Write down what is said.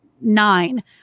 nine